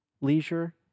leisure